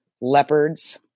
leopards